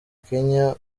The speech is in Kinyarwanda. kenya